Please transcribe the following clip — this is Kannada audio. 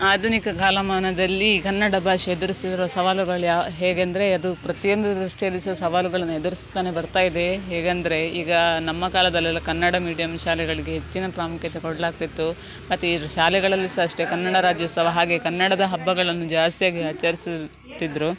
ಆಧುನಿಕ ಕಾಲಮಾನದಲ್ಲಿ ಕನ್ನಡ ಭಾಷೆ ಎದುರಿಸಿರುವ ಸವಾಲುಗಳು ಯಾ ಹೇಗೆಂದರೆ ಅದು ಪ್ರತಿಯೊಂದು ದೃಷ್ಟಿಯಲ್ಲಿ ಸಹ ಸವಾಲುಗಳನ್ನು ಎದುರಿಸ್ತಾನೆ ಬರ್ತಾಯಿದೆ ಹೇಗಂದರೆ ಈಗ ನಮ್ಮ ಕಾಲದಲ್ಲೆಲ್ಲ ಕನ್ನಡ ಮೀಡಿಯಮ್ ಶಾಲೆಗಳಿಗೆ ಹೆಚ್ಚಿನ ಪ್ರಾಮುಖ್ಯತೆ ಕೊಡಲಾಗ್ತಿತ್ತು ಮತ್ತು ಈ ಶಾಲೆಗಳಲ್ಲಿ ಸಹ ಅಷ್ಟೇ ಕನ್ನಡ ರಾಜ್ಯೋತ್ಸವ ಹಾಗೇ ಕನ್ನಡದ ಹಬ್ಬಗಳನ್ನು ಜಾಸ್ತಿಯಾಗಿ ಆಚರಿಸುತ್ತಿದ್ದರು